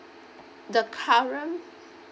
the current